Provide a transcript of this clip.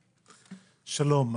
שלום.